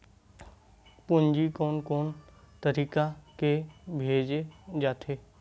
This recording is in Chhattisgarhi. पूंजी कोन कोन तरीका ले भेजे जाथे?